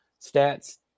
stats